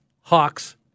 Hawks